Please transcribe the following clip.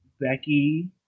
Becky